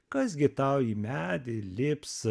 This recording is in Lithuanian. kas gi tau į medį lips